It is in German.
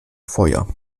feuer